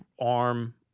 arm